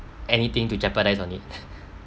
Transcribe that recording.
anything to jeopardise on it